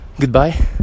goodbye